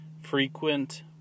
frequent